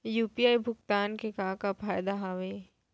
UPI भुगतान के का का फायदा हावे?